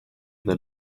that